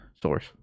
source